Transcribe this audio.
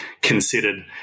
considered